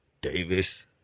Davis